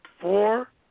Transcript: Four